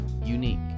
unique